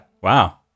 Wow